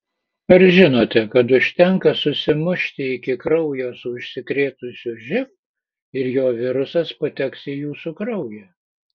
ar žinote kad užtenka susimušti iki kraujo su užsikrėtusiu živ ir jo virusas pateks į jūsų kraują